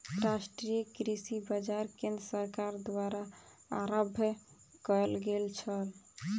राष्ट्रीय कृषि बाजार केंद्र सरकार द्वारा आरम्भ कयल गेल छल